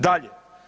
Dalje.